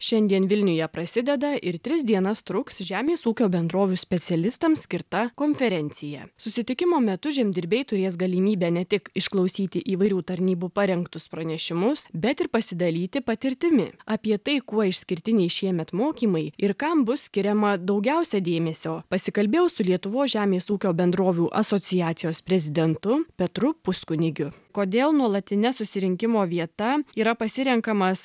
šiandien vilniuje prasideda ir tris dienas truks žemės ūkio bendrovių specialistams skirta konferencija susitikimo metu žemdirbiai turės galimybę ne tik išklausyti įvairių tarnybų parengtus pranešimus bet ir pasidalyti patirtimi apie tai kuo išskirtiniai šiemet mokymai ir kam bus skiriama daugiausia dėmesio pasikalbėjau su lietuvos žemės ūkio bendrovių asociacijos prezidentu petru puskunigiu kodėl nuolatine susirinkimo vieta yra pasirenkamas